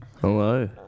Hello